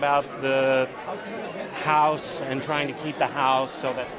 about the house and trying to keep the house so that